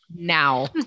Now